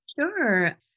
Sure